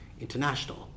international